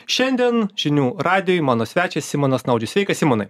šiandien žinių radijuj mano svečias simonas naudžius sveikas simonai